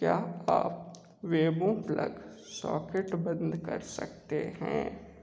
क्या आप Wemo plug socket बंद कर सकते हैं